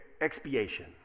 expiation